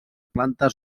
plantes